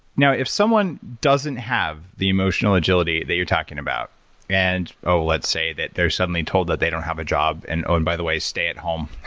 now, if someone doesn't have the emotional agility that you're talking about and oh, let's say that they're suddenly told that they don't have a job and and by the way, stay at home.